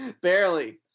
Barely